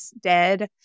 dead